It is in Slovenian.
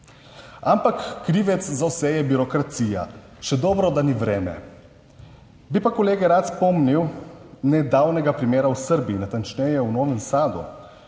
ampak krivec za vse je birokracija. Še dobro, da ni vreme. Bi pa kolege rad spomnil nedavnega primera v Srbiji, natančneje v Novem Sadu,